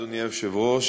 אדוני היושב-ראש,